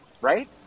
Right